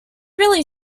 really